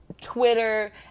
Twitter